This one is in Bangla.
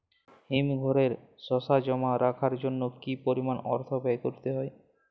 হিমঘরে শসা জমা রাখার জন্য কি পরিমাণ অর্থ ব্যয় করতে হয়?